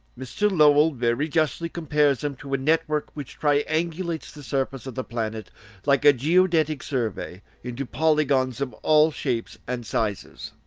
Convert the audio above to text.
mr. lowell very justly compares them to a network which triangulates the surface of the planet like a geodetic survey, into polygons of all shapes and sizes.